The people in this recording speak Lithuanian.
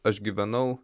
aš gyvenau